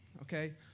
okay